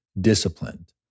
disciplined